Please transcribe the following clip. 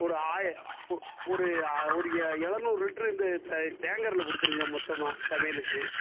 ஒரு ஆய ஒ ஒரு ஒரு எ எழுநூறு லிட்ரு இந்த டே டேங்கர்ல கொடுத்துருங்க மொத்தமாக சமையலுக்கு